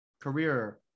career